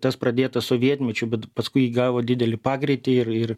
tas pradėtas sovietmečiu bet paskui įgavo didelį pagreitį ir ir